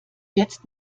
jetzt